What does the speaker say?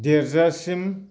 देरजासिम